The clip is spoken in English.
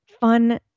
fun